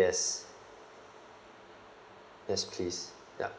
yes that's three yup